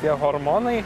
tie hormonai